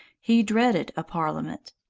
he dreaded a parliament.